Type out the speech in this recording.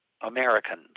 Americans